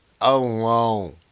alone